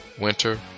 winter